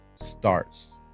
starts